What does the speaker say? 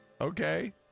Okay